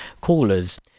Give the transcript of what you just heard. callers